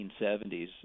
1970s